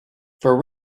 for